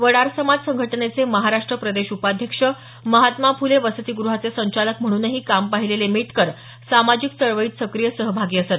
वडार समाज संघटनेचे महाराष्ट्र प्रदेश उपाध्यक्ष महात्मा फुले वसतीगृहाचे संचालक म्हणूनही काम पाहिलेले मेटकर सामाजिक चळवळीत सक्रिय सहभागी असत